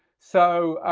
so,